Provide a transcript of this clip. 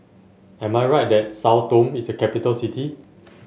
am I right that Sao Tome is a capital city